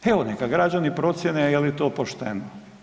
Evo neka građani procjene je li to pošteno.